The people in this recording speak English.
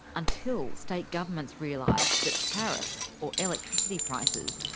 until state governments realised that tariffs, or electricity prices,